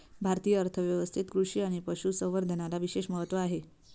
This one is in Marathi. भारतीय अर्थ व्यवस्थेत कृषी आणि पशु संवर्धनाला विशेष महत्त्व आहे